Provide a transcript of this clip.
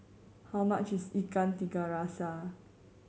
how much is Ikan Tiga Rasa